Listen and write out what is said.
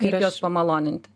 kaip juos pamaloninti